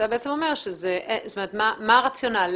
מה הרציונל?